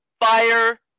fire